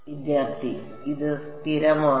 വിദ്യാർത്ഥി ഇത് സ്ഥിരമാണ്